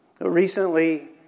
Recently